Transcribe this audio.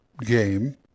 game